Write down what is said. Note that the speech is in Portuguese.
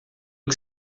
que